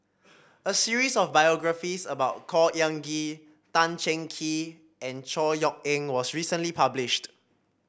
a series of biographies about Khor Ean Ghee Tan Cheng Kee and Chor Yeok Eng was recently published